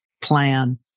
plan